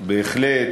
בהחלט,